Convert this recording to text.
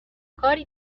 کاری